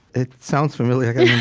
it sounds familiar. yeah